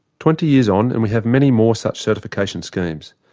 twenty years on and we have many more such certification schemes.